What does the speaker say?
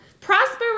Prosper